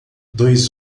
dois